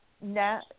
now